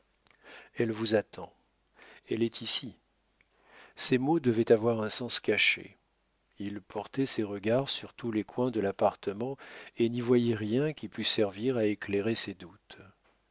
elle vous attend elle est ici ces mots devaient avoir un sens caché il portait ses regards sur tous les coins de l'appartement et n'y voyait rien qui pût servir à éclairer ses doutes